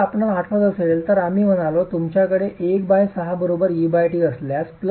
आणि जर आपणास आठवत असेल तर आम्ही म्हणालो तुमच्याकडे 16 बरोबर e t असल्यास